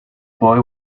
boy